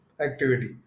activity